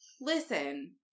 listen